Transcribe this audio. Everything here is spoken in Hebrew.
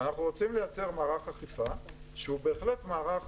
ואנחנו רוצים לייצר מערך אכיפה שהוא בהחלט מערך